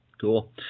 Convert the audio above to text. Cool